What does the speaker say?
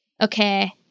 okay